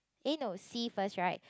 eh no C first right